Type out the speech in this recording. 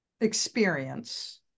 experience